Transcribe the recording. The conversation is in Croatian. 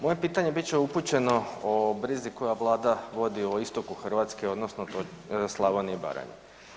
Moje pitanje bit će upućeno o brizi koja vlada vodi o istoku Hrvatske odnosno Slavonije i Baranje.